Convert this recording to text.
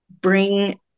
bring